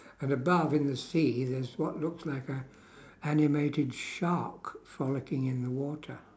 and above in the sea there's what looks like a animated shark frolicking in the water